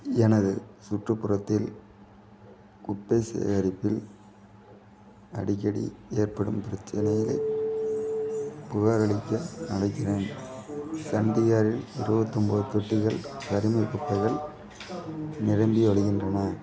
எனது சுற்றுப்புறத்தில் குப்பை சேகரிப்பில் அடிக்கடி ஏற்படும் பிரச்சனைகளை புகாரளிக்க அழைக்கிறேன் சண்டிகரில் இருபத்தொம்போது தொட்டிகள் கரிம குப்பைகள் நிரம்பி வழிகின்றன